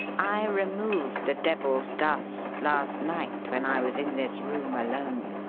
i removed the devil's dust last night when i was in this room alone.